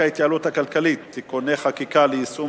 ההתייעלות הכלכלית (תיקוני חקיקה ליישום